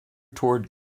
toward